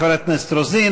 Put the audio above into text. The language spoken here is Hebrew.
תודה לחברת הכנסת רוזין.